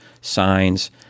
signs